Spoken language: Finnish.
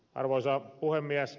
arvoisa puhemies